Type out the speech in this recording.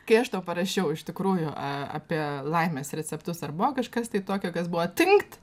kai aš tau parašiau iš tikrųjų apie laimės receptus ar buvo kažkas tokio kas buvo tinkt